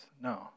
No